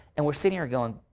and we're sitting here going.